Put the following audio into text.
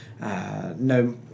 no